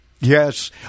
Yes